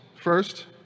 First